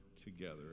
together